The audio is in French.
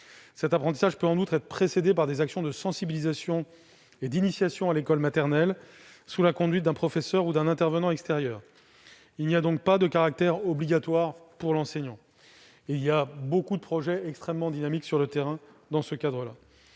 Cet apprentissage peut en outre être précédé par des actions de sensibilisation et d'initiation à l'école maternelle, sous la conduite d'un professeur ou d'un intervenant extérieur. Il n'y a donc pas de caractère obligatoire pour l'enseignant et l'on compte beaucoup de projets extrêmement dynamiques sur le terrain, dans ce domaine.